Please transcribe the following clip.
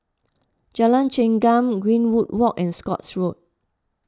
Jalan Chengam Greenwood Walk and Scotts Road